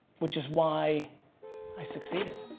which is why i succeeded.